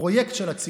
פרויקט של הציבור,